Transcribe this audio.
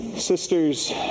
Sisters